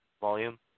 volume